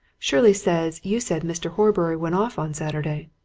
shirley says you said mr. horbury went off on saturday.